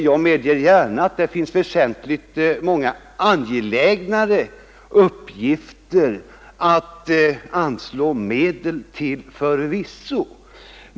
Jag medger gärna att det förvisso finns väsentligt angelägnare uppgifter att anslå medel till.